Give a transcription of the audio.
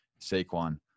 Saquon